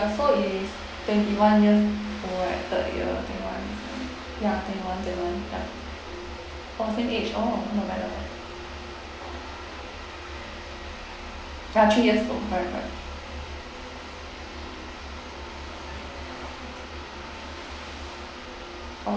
so it is twenty one years old right third year twenty one ya twenty one twenty one correct orh same age oh not bad not bad ya three years old correct correct